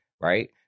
right